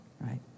right